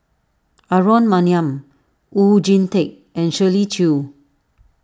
Aaron Maniam Oon Jin Teik and Shirley Chew